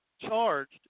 charged